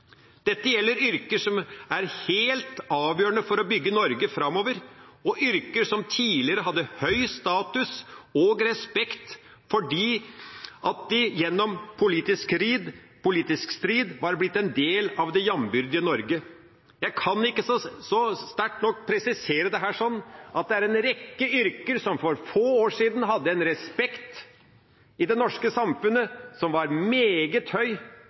Dette gjelder yrker som er helt avgjørende for å bygge Norge framover, og det er yrker som tidligere hadde høy status og respekt fordi de gjennom politisk strid var blitt en del av det jambyrdige Norge. Jeg kan ikke sterkt nok presisere det. En rekke yrker hadde for få år siden en respekt i det norske samfunnet som var meget høy,